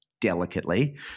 delicately